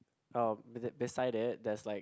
oh be beside it there's like